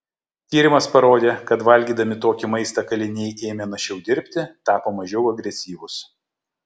tyrimas parodė kad valgydami tokį maistą kaliniai ėmė našiau dirbti tapo mažiau agresyvūs